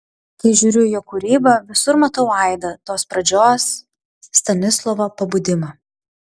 kai žiūriu į jo kūrybą visur matau aidą tos pradžios stanislovo pabudimą